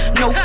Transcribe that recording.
no